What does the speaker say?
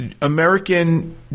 American